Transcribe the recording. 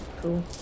Cool